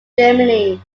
germany